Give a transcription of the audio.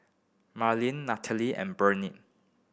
Malin Nathalie and Barney